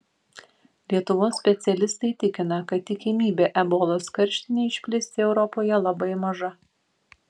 lietuvos specialistai tikina kad tikimybė ebolos karštinei išplisti europoje labai maža